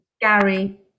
Gary